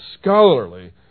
scholarly